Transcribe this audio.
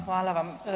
Hvala vam.